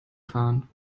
fahren